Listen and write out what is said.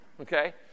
Okay